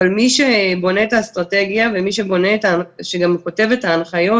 אבל מי שבונה את האסטרטגיה ומי שגם כותב את ההנחיות